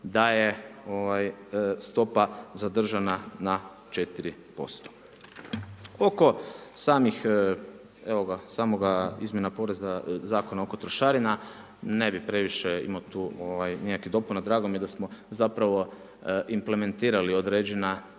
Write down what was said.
da je stopa zadržana na 4%. Oko samih, evo ga, samoga izmjena poreza Zakona oko trošarina, ne bih previše imao tu nikakvih dopuna. Drago mi je da smo zapravo implementirali određena